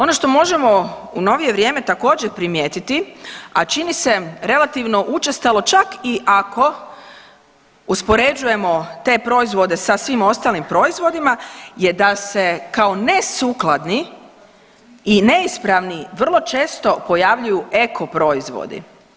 Ono što možemo u novije vrijeme također primijetiti a čini se relativno učestalo čak i ako uspoređujemo te proizvode sa svim ostalim proizvodima, je da se kao nesukladni i neispravni vrlo često pojavljuju eko proizvodi.